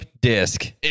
disc